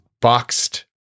boxed